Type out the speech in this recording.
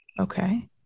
Okay